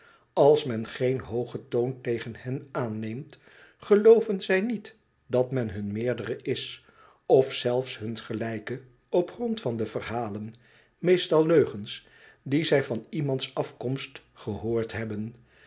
als men geen hoogen toon tegen hen aanneemt gelooven zij niet dat men hun meerdereis of zelfs huns gelijke op grond van de verhalen meestal leugens die zij van iemands afkomst gehoord hebben